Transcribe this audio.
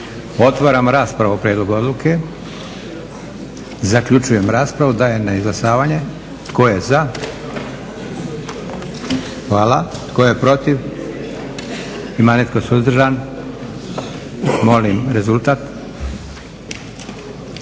Otvaram raspravu o prijedlogu odluke. Zaključujem raspravu. Dajem na izglasavanje predloženu odluku. Tko je za? Hvala. Tko je protiv? Ima netko suzdržan? Molim rezultat.